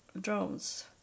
drones